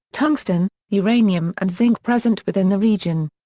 tungsten, uranium and zinc present within the region.